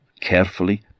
carefully